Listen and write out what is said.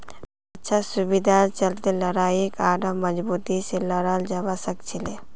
अच्छा सुविधार चलते लड़ाईक आढ़ौ मजबूती से लड़ाल जवा सखछिले